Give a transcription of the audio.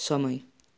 समय